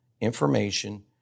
information